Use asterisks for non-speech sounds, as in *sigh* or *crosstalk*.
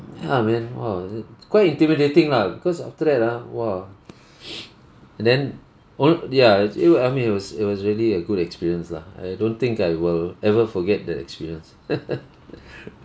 ya man !wow! it it's quite intimidating lah because after that ah !wah! *breath* then onl~ ya it it was I mean it was it was really a good experience lah I don't think I will ever forget that experience *laughs*